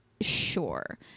sure